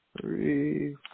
three